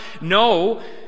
No